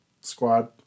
squad